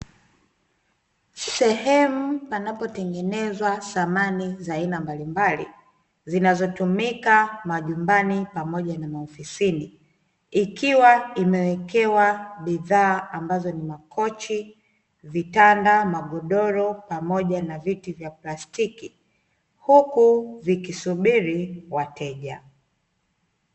Sehemu panapo tengenezwa samani za aina mbalimbali zinazo tumika manyumbani pamoja na maofisini, ikiwa imewekewa bidhaa ambazo ni makochi, vitanda, magodoro pamoja na viti vya plastiki huku vikisubiri wateja.